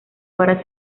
para